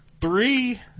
Three